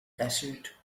desert